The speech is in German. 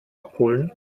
abholen